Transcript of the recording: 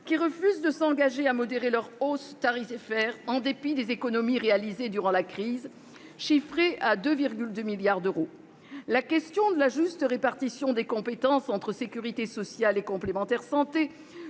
qui refusent de s'engager à modérer leur hausse tarifaire, en dépit des économies réalisées durant la crise, chiffrées à 2,2 milliards d'euros. La question de la juste répartition des compétences entre sécurité sociale et complémentaires santé